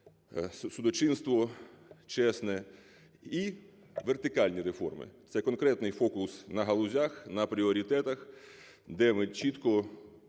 судочинство чесне. І вертикальні реформи - це конкретний фокус на галузях, на пріоритетах, де ми чітко